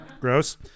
Gross